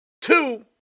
Two